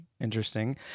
interesting